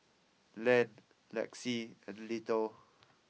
Len Lexi and Little